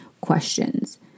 questions